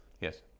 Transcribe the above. Yes